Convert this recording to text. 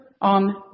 on